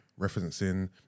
referencing